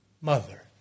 mother